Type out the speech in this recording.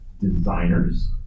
designers